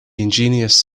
ingenious